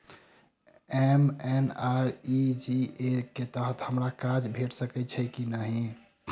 MNREGA कऽ तहत हमरा काज भेट सकय छई की नहि?